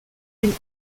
and